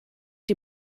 die